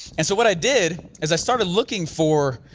and so what i did, is i started looking for